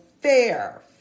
fair